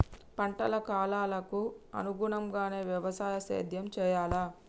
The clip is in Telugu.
పంటల కాలాలకు అనుగుణంగానే వ్యవసాయ సేద్యం చెయ్యాలా?